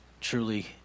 truly